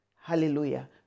hallelujah